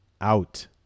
Out